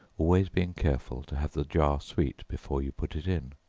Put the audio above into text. always being careful to have the jar sweet before you put it in.